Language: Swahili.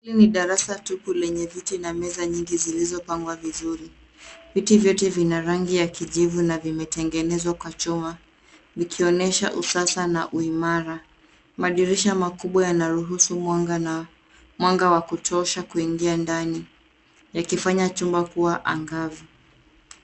Hili ni darasa tupu lenye viti na meza nyingi zilizopangwa vizuri. Viti vyote vina rangi ya kijivu na vimetengenezwa kwa chuma vikionyesha usasa na uimara. Madirisha makubwa yanaruhusu mwanga wa kutosha kuingia ndani, yakifanya chumba kuwa angavu.